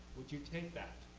would you take that?